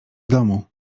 domu